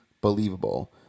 believable